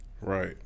Right